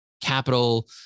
capital